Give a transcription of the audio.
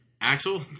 Axel